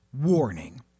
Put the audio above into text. Warning